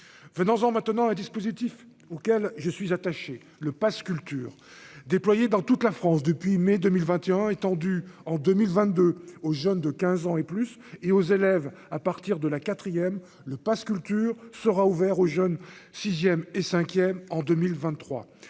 venons en maintenant un dispositif auquel je suis attaché le passe culture déployés dans toute la France depuis mai 2021 étendu en 2022 au jeune de 15 ans et plus, et aux élèves, à partir de la quatrième le passe culture sera ouvert aux jeunes 6ème et 5ème en 2023